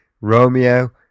Romeo